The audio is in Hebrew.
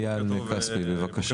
אייל כספי, בבקשה.